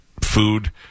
food